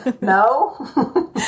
No